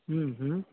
ହୁଁ ହୁଁ